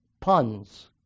puns